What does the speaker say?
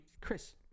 Chris